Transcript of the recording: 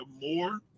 more